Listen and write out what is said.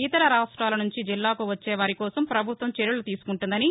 ఇతర రాష్ట్రాల నుంచి జిల్లాకు వచ్చేవారి కోసం పభుత్వం చర్యలు తీసుకుంటుందని